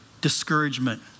discouragement